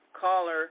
caller